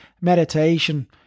Meditation